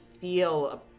feel